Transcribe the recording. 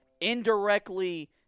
indirectly